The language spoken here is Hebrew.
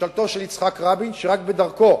ממשלתו של יצחק רבין, שרק בדרכו,